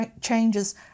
changes